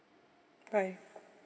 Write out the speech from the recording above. bye